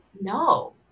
no